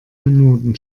minuten